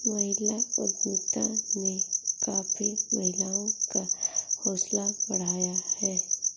महिला उद्यमिता ने काफी महिलाओं का हौसला बढ़ाया है